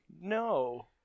No